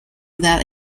that